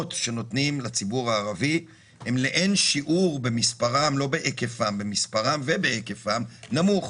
ההלוואות שנותנים לציבור הערבי הן לאין שיעור במספרן ובהיקפן נמוך.